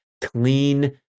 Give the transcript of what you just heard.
clean